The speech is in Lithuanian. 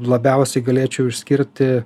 labiausiai galėčiau išskirti